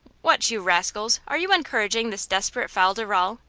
what, you rascals! are you encouraging this desperate fol-de-rol?